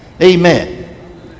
Amen